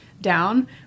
down